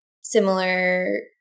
Similar